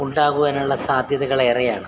ഉണ്ടാകുവാനുള്ള സാധ്യതകൾ ഏറെയാണ്